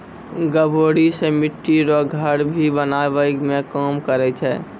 गभोरी से मिट्टी रो घर भी बनाबै मे काम करै छै